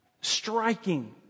striking